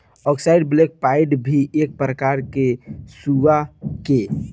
अक्साई black pied भी एक प्रकार ह सुअर के